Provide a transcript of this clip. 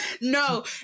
No